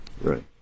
Right